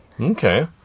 Okay